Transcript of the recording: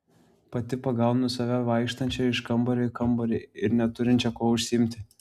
pati pagaunu save vaikštančią iš kambario į kambarį ir neturinčią kuo užsiimti